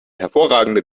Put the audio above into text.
hervorragende